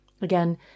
Again